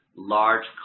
Large